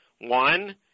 One